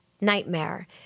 Nightmare